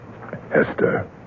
Hester